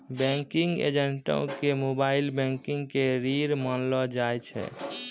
banking एजेंटो के mobile banking के रीढ़ मानलो जाय छै